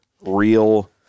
real